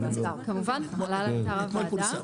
כמובן, הוא עלה לאתר הוועדה.